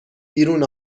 بیرون